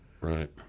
Right